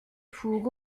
pour